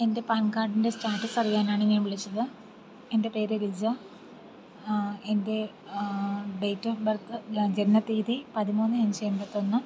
എൻ്റെ പാൻ കാർഡിൻറ്റെ സ്റ്റാറ്റസ് അറിയാനാണ് ഞാൻ വിളിച്ചത് എൻ്റെ പേര് ഗിരിജ എൻ്റെ ഡെയ്റ്റ് ഓഫ് ബെർത് ജനനത്തീയതി പതിമൂന്ന് അഞ്ച് എൺപത്തൊന്ന്